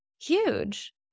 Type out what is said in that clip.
huge